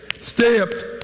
stamped